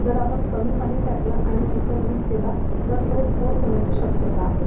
जर आपण कमी पाणी टाकलं आणि कुकर युझ केला तर तो स्फोट होण्याची शक्यता आहे